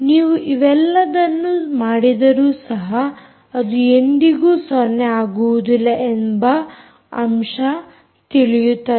ನೀವು ಇವೆಲ್ಲದನ್ನು ಮಾಡಿದರೂ ಸಹ ಅದು ಎಂದಿಗೂ 0 ಆಗುವುದಿಲ್ಲ ಎಂಬ ಅಂಶ ತಿಳಿಯುತ್ತದೆ